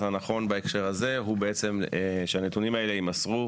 הנכון בהקשר הזה הוא שהנתונים האלה יימסרו